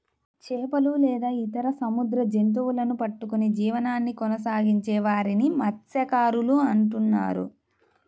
చేపలు లేదా ఇతర సముద్ర జంతువులను పట్టుకొని జీవనాన్ని కొనసాగించే వారిని మత్య్సకారులు అంటున్నారు